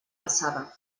passada